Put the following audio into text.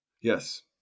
Yes